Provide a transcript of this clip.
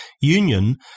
Union